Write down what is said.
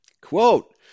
Quote